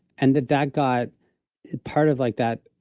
and that that got part of like that,